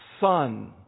Son